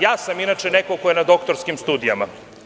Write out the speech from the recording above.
Ja sam, inače, neko ko je na doktorskim studijama.